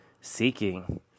seeking